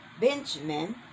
Benjamin